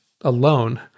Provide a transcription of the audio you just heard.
alone